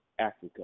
africa